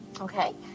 Okay